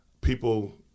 people